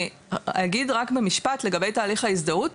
אני אגיד רק במשפט לגבי תהליך ההזדהות,